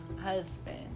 husband